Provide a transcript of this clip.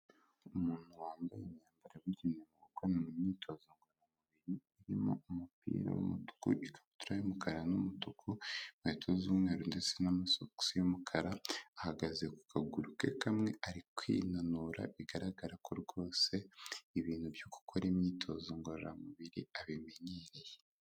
Umuntu wambaye imyambaro yabigenewe mu gukora myitozo ngororamubiri, irimo umupira w'umutuku, ikabutura y'umukara n'umutuku, inkweto z'umweru ndetse n'amasogisi y'umukara. Ahagaze ku kaguru ke kamwe ari kwinanura, bigaragara ko rwose ibintu byo gukora imyitozo ngororamubiri abimenyereye.